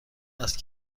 است